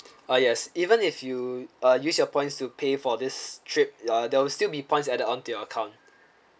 uh yes even if you uh use your points to pay for this trip uh there'll still be points add on to your account